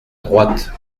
droite